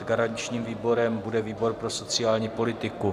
Garančním výborem bude výbor pro sociální politiku.